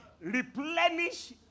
Replenish